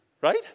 Right